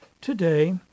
today